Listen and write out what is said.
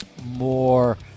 more